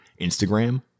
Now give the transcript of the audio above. Instagram